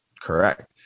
correct